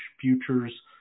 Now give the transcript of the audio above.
futures